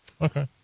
Okay